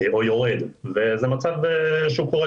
וזה מצב שהוא קורה.